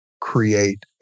create